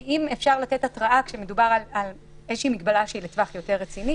אם אפשר לתת התראה כשמדובר על איזושהי מגבלה שהיא לטווח יותר רציני,